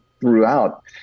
throughout